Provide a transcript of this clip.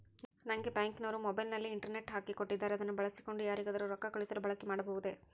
ನಂಗೆ ಬ್ಯಾಂಕಿನವರು ಮೊಬೈಲಿನಲ್ಲಿ ಇಂಟರ್ನೆಟ್ ಹಾಕಿ ಕೊಟ್ಟಿದ್ದಾರೆ ಅದನ್ನು ಬಳಸಿಕೊಂಡು ಯಾರಿಗಾದರೂ ರೊಕ್ಕ ಕಳುಹಿಸಲು ಬಳಕೆ ಮಾಡಬಹುದೇ?